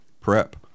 prep